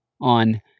on